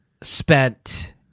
spent